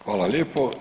Hvala lijepo.